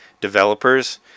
developers